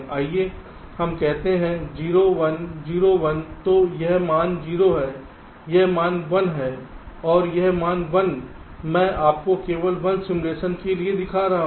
आइए हम कहते हैं 0 1 0 1 तो यह मान 0 है यह मान 1 है और यह मान 1 मैं आपको केवल 1 सिमुलेशन के लिए दिखा रहा हूं